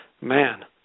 Man